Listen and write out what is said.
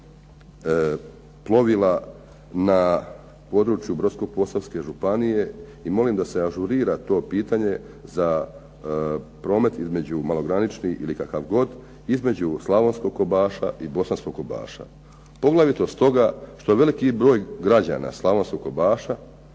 plovila na području Brodsko-posavske županije i molim da se ažurira to pitanje za promet između malogranični ili kakav god između Slavonskog Kobaša i Bosanskog Kobaša. Poglavito stoga što veliki broj građana Slavonskog Kobaša